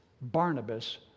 Barnabas